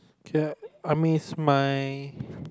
okay I I miss my